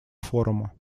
форума